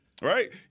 Right